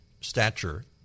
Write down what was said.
stature